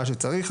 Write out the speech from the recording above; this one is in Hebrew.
מה שצריך,